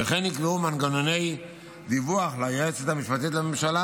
ונקבעו מנגנוני דיווח ליועצת המשפטית לממשלה